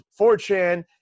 4chan